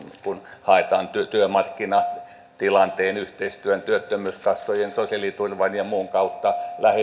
kun haetaan työmarkkinatilanteen työttömyyskassojen sosiaaliturvan ja muun kautta